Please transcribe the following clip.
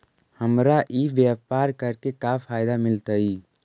हमरा ई व्यापार करके का फायदा मिलतइ?